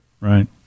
Right